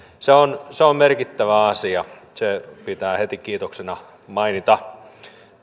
se on se on merkittävä asia se pitää heti kiitoksena mainita